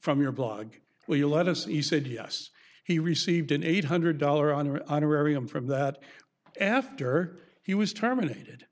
from your blog will you let us he said yes he received an eight hundred dollar on a honorarium from that after he was terminated